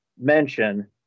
mention